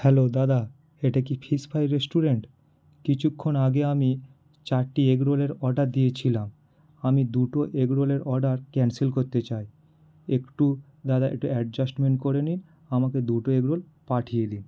hello দাদা এটা কি ফিস ফ্রাই রেস্টুরেন্ট কিছুক্ষণ আগে আমি চারটি এগরোলের অর্ডার দিয়েছিলাম আমি দুটো এগরোলের অর্ডার ক্যান্সেল করতে চাই একটু দাদা এটু অ্যাডজাস্টমেন্ট করে নিন আমাকে দুটো এগরোল পাঠিয়ে দিন